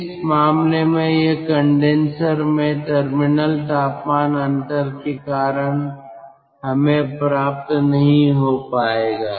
इस मामले में यह कंडेनसर में टर्मिनल तापमान अंतर के कारण हमें प्राप्त नहीं हो पाएगा